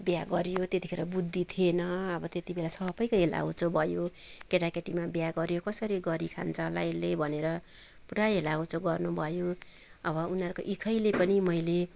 बिहे गरियो त्यतिखेर बुद्धि थिएन अब त्यति बेला सबैको हेलाहोचो भयो केटाकेटीमा बिहे गर्यो कसरी गरि खान्छ होला यसले भनेर पुरा हेलाहोचो गर्नुभयो अब उनीहरूको इखैले पनि मैले